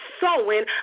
sowing